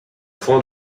fond